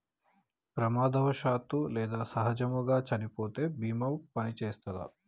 ప్రమాదవశాత్తు లేదా సహజముగా చనిపోతే బీమా పనిచేత్తదా?